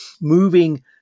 moving